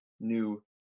new